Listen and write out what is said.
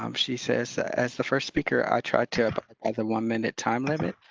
um she says, as the first speaker, i tried to abide by the one minute time limit,